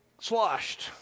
sloshed